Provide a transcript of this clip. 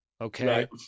Okay